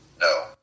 No